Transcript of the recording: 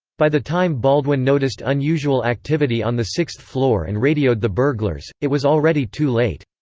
by the time baldwin noticed unusual activity on the sixth floor and radioed the burglars, it was already too late.